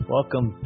Welcome